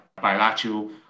bilateral